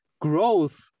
growth